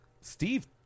Steve